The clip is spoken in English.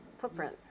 footprint